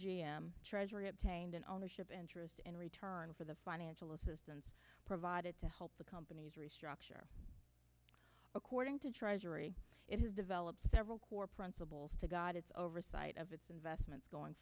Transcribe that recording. m treasury obtained an ownership interest and return for the financial assistance provided to help the companies restructure according to dr jerry it has developed several core principles to guide its oversight of its investments going